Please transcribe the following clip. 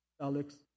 Alex